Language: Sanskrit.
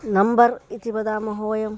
नम्बर् इति वदामः वयं